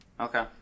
Okay